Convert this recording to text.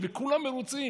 וכולם מרוצים.